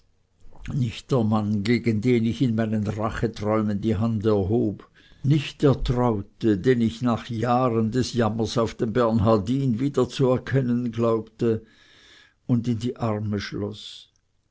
der mann gegen den ich in meinen racheträumen die hand erhob nicht der traute den ich nach jahren des jammers auf dem bernhardin wiederzuerkennen glaubte und in die arme schloß